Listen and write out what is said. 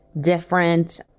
different